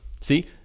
See